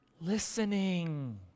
listening